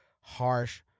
Harsh